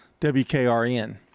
WKRN